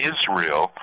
Israel